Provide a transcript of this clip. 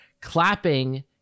clapping